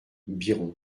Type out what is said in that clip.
biron